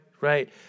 Right